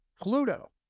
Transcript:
Pluto